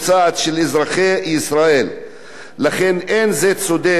לכן אין זה צודק ואין זה נכון שגיל הפרישה של